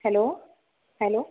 hello hello